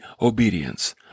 obedience